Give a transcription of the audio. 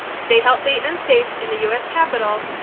stay healthy and safe in the u s. capitol,